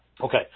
Okay